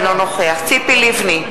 אינו נוכח ציפי לבני,